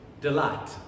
delight